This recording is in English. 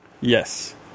Yes